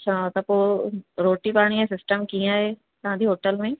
अच्छा त पोइ रोटी पाणीअ जो सिस्टम कीअं आहे तव्हांजी होटल में